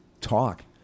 talk